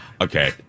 Okay